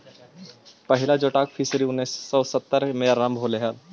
पहिला जोटाक फिशरी उन्नीस सौ सत्तर में आरंभ होले हलइ